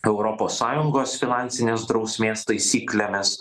europos sąjungos finansinės drausmės taisyklėmis